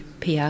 PR